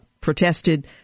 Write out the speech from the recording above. protested